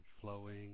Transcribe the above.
flowing